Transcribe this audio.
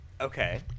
Okay